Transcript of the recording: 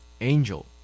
Angel